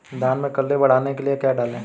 धान में कल्ले बढ़ाने के लिए क्या डालें?